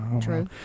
True